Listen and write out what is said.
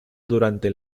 durante